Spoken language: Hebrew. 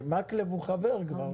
מקלב הוא חבר בוועדה.